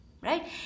right